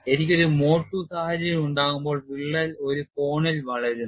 എനിക്ക് ഒരു mode II സാഹചര്യം ഉണ്ടാകുമ്പോൾ വിള്ളൽ ഒരു കോണിൽ വളരുന്നു